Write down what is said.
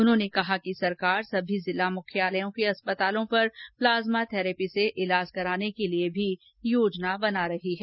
उन्होंने कहा कि सरकार सभी जिला मुख्यालयों के अस्पतालों पर प्लाज्मा थैरेपी से इलाज कराने के लिए भी योजना बना रही है